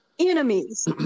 enemies